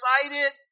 excited